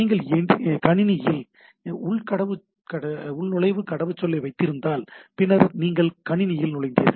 நீங்கள் கணினியில் உள்நுழைவு கடவுச்சொல்லை வைத்திருந்ததால் பின்னர் நீங்கள் கணினியில் உள்நுழைந்தீர்கள்